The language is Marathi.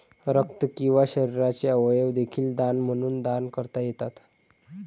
रक्त किंवा शरीराचे अवयव देखील दान म्हणून दान करता येतात